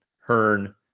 Hearn